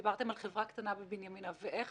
דיברתם על חברה קטנה בבנימינה ואיך